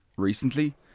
recently